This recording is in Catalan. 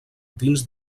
dins